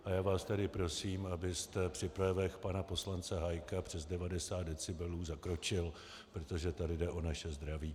A já vás tady prosím, abyste při projevech pana poslance Hájka přes 90 decibelů zakročil, protože tady jde o naše zdraví.